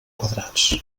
quadrats